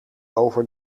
over